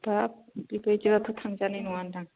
दा बेबायदि बाथ' थांजानाय नङादां